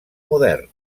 modern